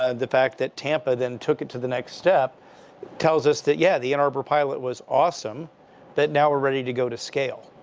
ah the fact that tampa then took it to the next step tells us that, yeah, the ann arbor pilot was awesome that now we're ready to go to scale.